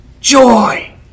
joy